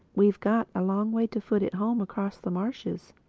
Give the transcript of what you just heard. we've got a long way to foot it home across the marshes.